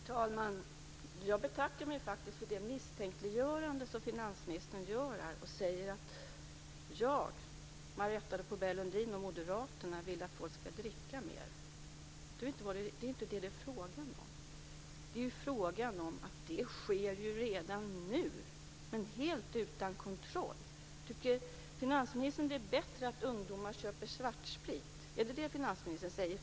Herr talman! Jag betackar mig för det misstänkliggörande som finansministern ägnar sig åt. Han säger att jag, Marietta de Pourbaix-Lundin, och Moderaterna vill att folk ska dricka mera. Det är inte detta som det är fråga om. Det sker ju redan nu, men helt utan kontroll. Tycker finansministern att det är bättre att ungdomar köper svartsprit?